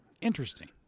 Interesting